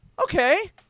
okay